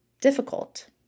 difficult